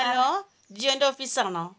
hello ജിയോൻ്റെ ഓഫീസാണോ